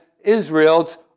Israel's